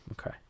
Okay